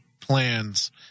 plans